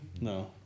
No